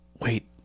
Wait